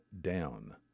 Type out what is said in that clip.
down